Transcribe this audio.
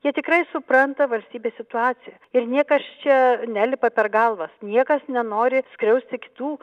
jie tikrai supranta valstybės situaciją ir niekas čia nelipa per galvas niekas nenori skriausti kitų